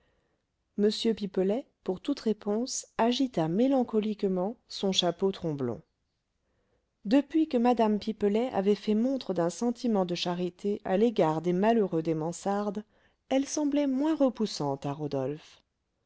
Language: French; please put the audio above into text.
m pipelet pour toute réponse agita mélancoliquement son chapeau tromblon depuis que mme pipelet avait fait montre d'un sentiment de charité à l'égard des malheureux des mansardes elle semblait moins repoussante à rodolphe